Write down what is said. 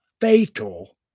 fatal